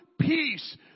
peace